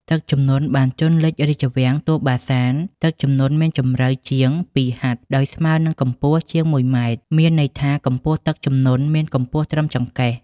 ទឹកជំនន់បានជនលិចរាជវាំងទួលបាសាន ទឹកជំនន់មានជម្រៅជាង២ហត្ថ ដោយស្មើនិងកម្ពស់ជាង ១ ម៉ែត្រ មានន័យថាកម្ពស់ទឹកជំនន់មានកម្ពស់ត្រឹមចង្កេះ ។